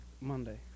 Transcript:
Monday